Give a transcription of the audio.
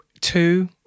two